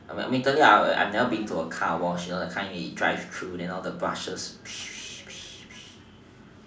I mean to me to me I've never been to a car wash you know the kind where you drive through then all the brushes